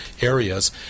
areas